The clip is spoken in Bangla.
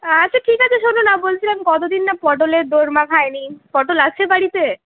আচ্ছা ঠিক আছে শোনো না বলছিলাম কতদিন না পটলের দোলমা খাইনি পটল আছে বাড়িতে